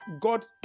God